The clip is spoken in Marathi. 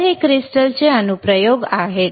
तर हे क्रिस्टलचे अनुप्रयोग आहेत